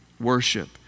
worship